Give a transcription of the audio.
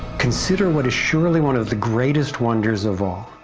consider what is surely on of the greatest wonders of all.